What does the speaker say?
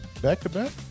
back-to-back